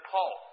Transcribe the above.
Paul